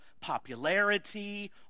popularity